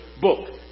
book